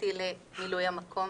אותי למילוי המקום.